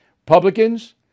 Republicans